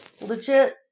legit